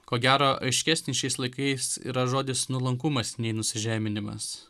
ko gero aiškesnis šiais laikais yra žodis nuolankumas nei nusižeminimas